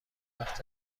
وقت